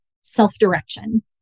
self-direction